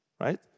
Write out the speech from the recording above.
Right